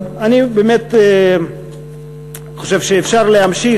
אני באמת חושב שאפשר להמשיך,